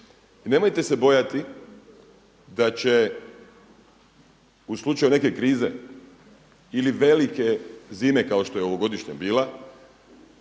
nemojte se bojati da će u slučaju neke krize ili velike zime kao što je ovogodišnja bila